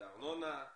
זאת ארנונה,